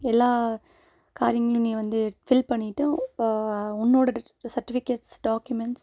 எல்லா காரியங்களையும் நீ வந்து ஃபில் பண்ணிவிட்டு உன்னோடய சர்ட்டிஃபிக்கேட்ஸ் டாக்யூமெண்ட்ஸ்